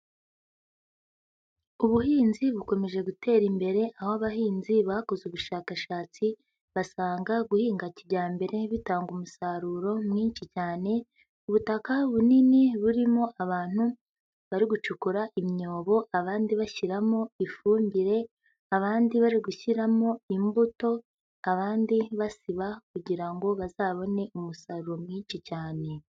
Ubuhinzi bukomeje gutera imbere, aho abahinzi bakoze ubushakashatsi basanga guhinga kijyambere bitanga umusaruro mwinshi cyane. Ubutaka bunini burimo abantu bari gucukura imyobo, abandi bashyiramo ifumbire, abandi bari gushyiramo imbuto, abandi basiba kugira ngo bazabone umusaruro mwinshi cyane.